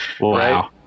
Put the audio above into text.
Wow